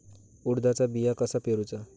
उडदाचा बिया कसा पेरूचा?